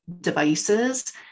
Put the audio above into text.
devices